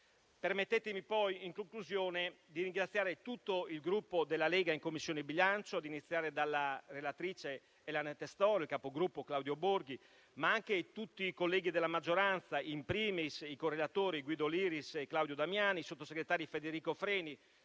Permettetemi in conclusione di ringraziare tutto il Gruppo Lega in Commissione bilancio, iniziando dalla relatrice Elena Testor e dal capogruppo Claudio Borghi, e tutti i colleghi della maggioranza, *in primis* i correlatori Guido Liris e Claudio Damiani, i sottosegretari Federico Freni,